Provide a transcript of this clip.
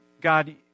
God